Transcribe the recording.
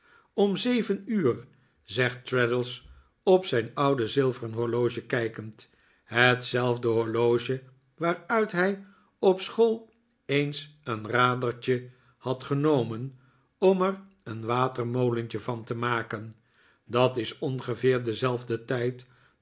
om zeven uur zegt traddles op zijn oude zilveren horloge kijkend hetzelfde horloge waaruit hij op school eens een radertje had genomen om er een watermolentje van te maken dat is ongeveer dezelfde tijd